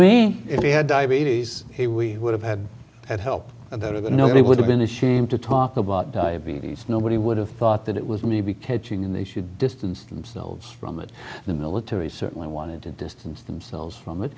me if we had diabetes here we would have had at help about it nobody would have been ashamed to talk about diabetes nobody would have thought that it was maybe catching and they should distance themselves from it the military certainly wanted to distance themselves from it